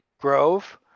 Grove